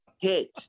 hit